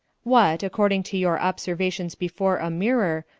what, according to your observations before a mirror,